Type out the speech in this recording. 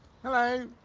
Hello